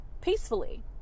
peacefully